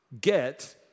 get